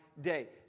day